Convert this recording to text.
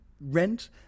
rent